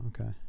okay